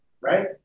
right